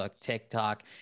TikTok